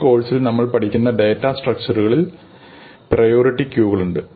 ഈ കോഴ്സിൽ നമ്മൾ പഠിക്കുന്ന ഡാറ്റാ സ്ട്രക്ച്ചറുകകളിൽ പ്രയോറിറ്റി ക്യൂകളുണ്ട്